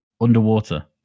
underwater